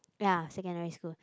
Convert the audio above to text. ya secondary school